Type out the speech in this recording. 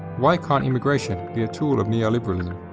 why can't immigration be a tool of neo-liberalism?